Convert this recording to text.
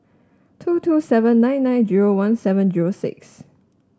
two two seven nine nine zero one seven zero six